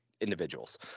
individuals